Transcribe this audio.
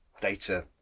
data